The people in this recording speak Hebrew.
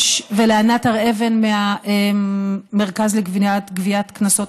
ולענת הר אבן מהמרכז לגביית קנסות,